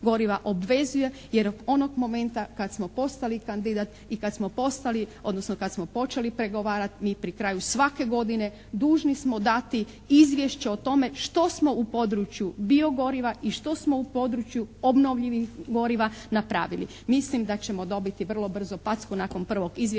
goriva obvezuje. Jer onog momenta kad smo postali kandidat i kad smo postali, odnosno kad smo počeli pregovarati mi pri kraju svake godine dužni smo dati izvješće o tome što smo u području bio-goriva i što smo u području obnovljivih goriva napravili. Mislim da ćemo dobiti vrlo brzo packu nakon prvog izvješća,